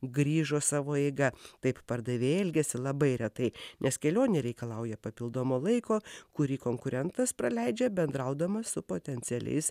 grįžo savo eiga taip pardavėjai elgiasi labai retai nes kelionė reikalauja papildomo laiko kurį konkurentas praleidžia bendraudamas su potencialiais